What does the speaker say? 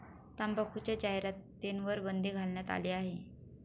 तंबाखूच्या जाहिरातींवर बंदी घालण्यात आली आहे